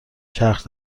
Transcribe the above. چرخ